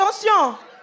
Attention